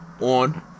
on